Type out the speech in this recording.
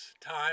time